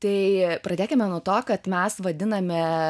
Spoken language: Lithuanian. tai pradėkime nuo to kad mes vadiname